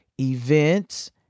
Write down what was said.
events